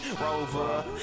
rover